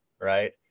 Right